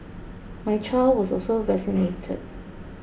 my child was also vaccinated